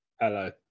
Hello